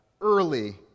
early